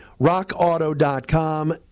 Rockauto.com